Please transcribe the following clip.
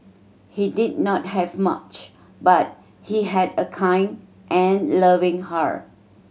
he did not have much but he had a kind and loving heart